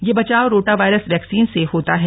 यह बचाव rotavirus vaccine से होता है